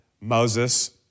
Moses